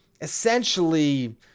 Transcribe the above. essentially